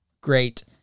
great